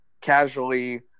casually